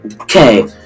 Okay